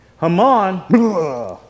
Haman